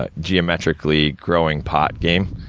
ah geometrically growing pot game,